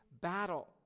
battle